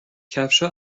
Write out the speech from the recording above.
کفشها